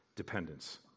dependence